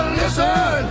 listen